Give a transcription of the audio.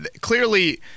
clearly